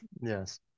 Yes